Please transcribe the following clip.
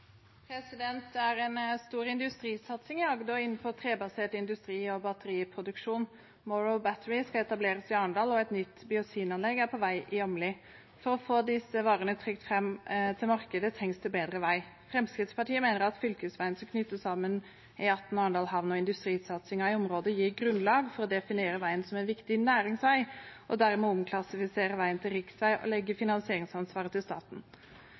batteriproduksjon. Morrow Batteries skal etableres i Arendal, og et nytt biozinanlegg er på vei i Åmli. For å få disse varene trygt fram til markedet trengs det bedre vei. Fremskrittspartiet mener at fylkesveien som knytter sammen E18 med Arendal havn og industrisatsingen i området, gir grunnlag for å definere veien som en viktig næringsvei og dermed omklassifisere veien til riksvei og legge finansieringsansvaret til staten.